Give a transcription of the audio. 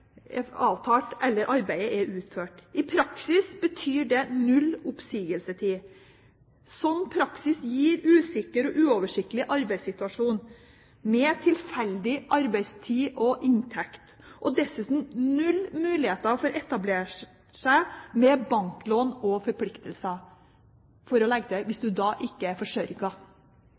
utført. I praksis betyr det null oppsigelsestid. Slik praksis gir usikker og uoversiktlig arbeidssituasjon, med tilfeldig arbeidstid og inntekt, og dessuten null mulighet for å etablere seg med banklån og forpliktelser – jeg kan jo legge til: hvis du da ikke er